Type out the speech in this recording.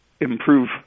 improve